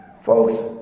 folks